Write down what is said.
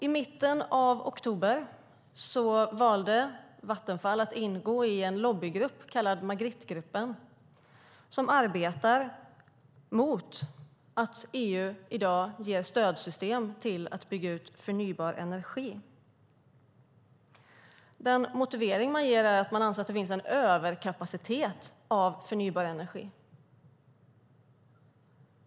I mitten av oktober valde Vattenfall att ingå i en lobbygrupp, kallad Magrittegruppen, som arbetar mot att EU i dag ger stödsystem till att bygga ut förnybar energi. Den motivering man ger är att man anser att det finns en överkapacitet av förnybar energi.